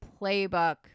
playbook